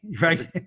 right